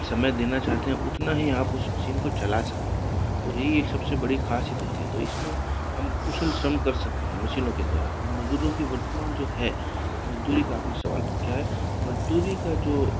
समय देना चाहते हैं उतना ही आप उस मशीन को चला सकते हैं और ये एक सब से बड़ी ख़ासियत होती है तो इस में हम कुशल श्रम कर सकते हैं मशीनों के द्वारा और मज़दूरों की वर्तमान जो है मज़दूरी का अपने सवाल पूछा है मज़दूरी का जो